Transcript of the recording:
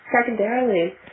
secondarily